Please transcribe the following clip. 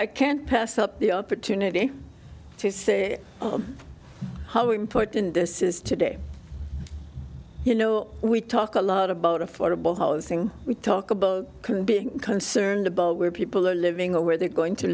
i can't pass up the opportunity to say how important this is today you know we talk a lot about affordable housing we talk about can being concerned about where people are living or where they're going to